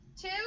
two